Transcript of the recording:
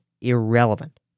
irrelevant